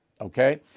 Okay